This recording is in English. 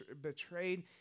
betrayed